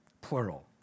plural